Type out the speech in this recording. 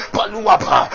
Paluapa